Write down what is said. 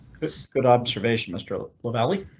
good observation mr lavalley.